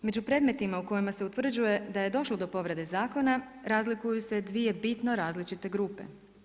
Među predmetima u kojima se utvrđuje da je došlo do povrede zakona, razlikuju se dvije bitno različite grupe.